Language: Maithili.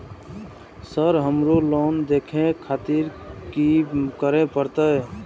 सर हमरो लोन देखें खातिर की करें परतें?